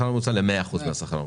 הממוצע במשק ל-100 אחוזים מהשכר הממוצע.